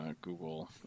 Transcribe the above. Google